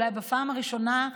אולי בפעם הראשונה,